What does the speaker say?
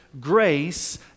grace